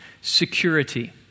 security